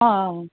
ஆ ஆ ஆ